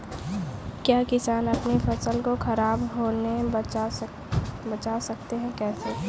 क्या किसान अपनी फसल को खराब होने बचा सकते हैं कैसे?